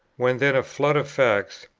when then a flood of facts,